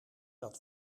dat